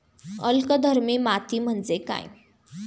अल्कधर्मी माती म्हणजे काय?